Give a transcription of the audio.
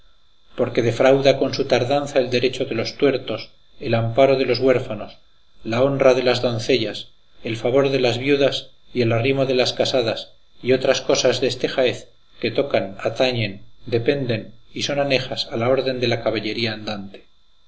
porque defrauda con su tardanza el derecho de los tuertos el amparo de los huérfanos la honra de las doncellas el favor de las viudas y el arrimo de las casadas y otras cosas deste jaez que tocan atañen dependen y son anejas a la orden de la caballería andante